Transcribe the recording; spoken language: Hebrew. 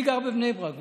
אני גר בבני ברק,